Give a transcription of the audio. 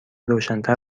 روشنتر